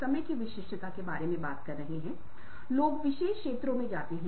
मैं हमेशा उसकी भावनाओं को पहचान सकता हूंजो पहला घटक है